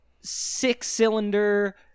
six-cylinder